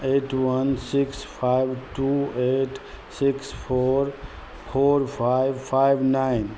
eight one six five two eight six four four five five nine